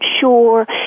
sure